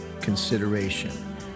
consideration